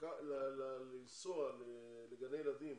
לנסוע לגני ילדים